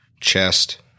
chest